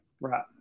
Right